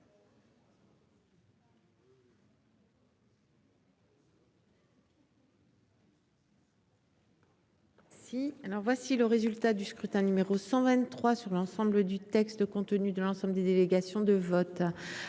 Si, alors voici le résultat du scrutin numéro 123 sur l'ensemble du texte, compte tenu de l'ensemble des délégations de vote